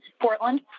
Portland